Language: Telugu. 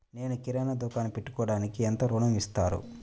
నేను కిరాణా దుకాణం పెట్టుకోడానికి ఎంత ఋణం ఇస్తారు?